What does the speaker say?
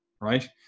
Right